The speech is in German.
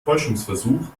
täuschungsversuch